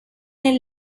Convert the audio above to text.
nel